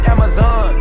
Amazon